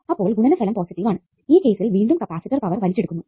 അപ്പോൾ ഗുണനഫലം പോസിറ്റീവ് ആണ് ഈ കേസിൽ വീണ്ടും കപ്പാസിറ്റർ പവർ വലിച്ചെടുക്കുന്നു